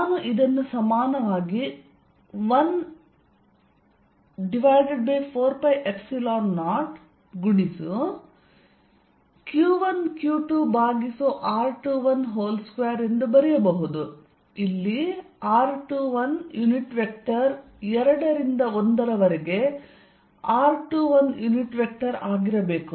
ನಾನು ಇದನ್ನು ಸಮಾನವಾಗಿ 14π0 ಗುಣಿಸು q1q2r212 ಎಂದು ಬರೆಯಬಹುದು ಇಲ್ಲಿ r21 ಯುನಿಟ್ ವೆಕ್ಟರ್ 2 ರಿಂದ 1 ರವರೆಗೆ r21 ಯುನಿಟ್ ವೆಕ್ಟರ್ ಆಗಿರಬೇಕು